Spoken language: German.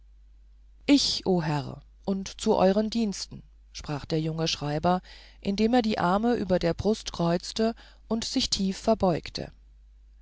ich o herr und zu euren diensten sprach der junge schreiber indem er die arme über der brust kreuzte und sich tief verbeugte